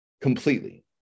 completely